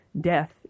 death